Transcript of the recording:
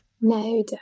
no